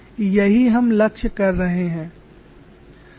यही हम लक्ष्य कर रहे हैं